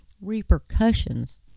repercussions